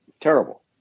Terrible